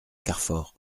carfor